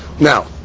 Now